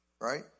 right